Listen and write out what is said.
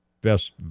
best